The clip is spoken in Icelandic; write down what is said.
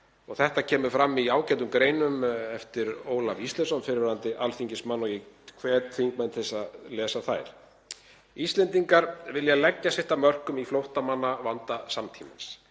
Þetta kemur fram í ágætum greinum eftir Ólaf Ísleifsson, fyrrverandi alþingismann, og ég hvet þingmenn til að lesa þær. Íslendingar vilja leggja sitt af mörkum í flóttamannavanda samtímans